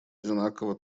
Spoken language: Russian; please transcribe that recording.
одинаково